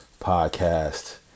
podcast